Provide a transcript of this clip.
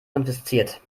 konfisziert